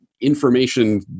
information